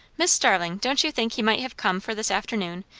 miss starling, don't you think he might have come for this afternoon,